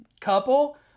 couple